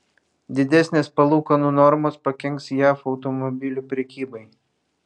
didesnės palūkanų normos pakenks jav automobilių prekybai